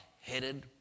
headed